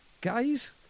Guys